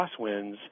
crosswinds